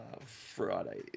Friday